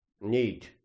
need